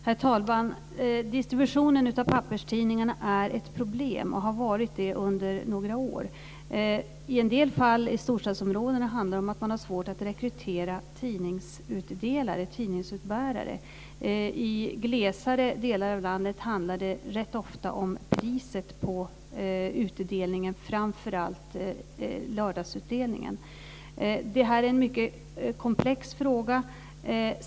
Herr talman! Distributionen av papperstidningar är ett problem och har varit det under några år. I en del fall i storstadsområdena handlar det om att man har svårt att rekrytera tidningsutbärare. I mer glesbebyggda delar av landet handlar det rätt ofta om priset på utdelningen, framför allt lördagsutdelningen. Det här är en mycket komplex fråga.